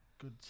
Good